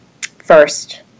first